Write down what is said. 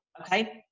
Okay